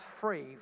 free